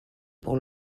pour